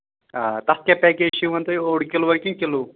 آ تَتھ کیٛاہ پیکیج چھِ یِوان تۄہہِ اوٚڑ کِلوٗوا کِنہٕ کِلوٗ